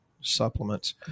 supplements